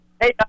Hey